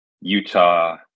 Utah